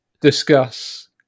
discuss